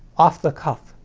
off the cuff.